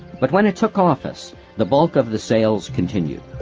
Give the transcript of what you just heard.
but when it took office the bulk of the sales continued.